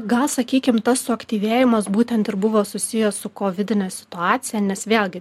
gal sakykim tas suaktyvėjimas būtent ir buvo susijęs su kovidine situacija nes vėlgi